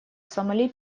сомали